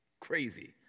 Crazy